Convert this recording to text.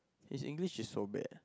his English is so bad